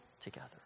together